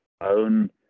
own